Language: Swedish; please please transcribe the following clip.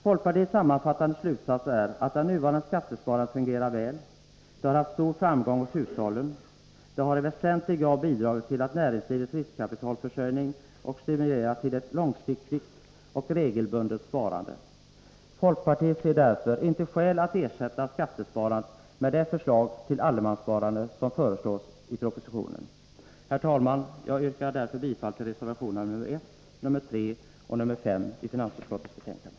Folkpartiets sammanfattande slutsats är att det nuvarande skattesparandet fungerat väl. Det har haft stor framgång hos hushållen. Det har i väsentlig grad bidragit till näringslivets riskkapitalförsörjning och stimulerat till ett långsiktigt och regelbundet sparande. Folkpartiet ser därför inte skäl att ersätta skattesparandet med det allemanssparande som föreslås i propositionen. Herr talman! Jag yrkar bifall till reservationerna 1, 3 och 5 i finansutskottets betänkande.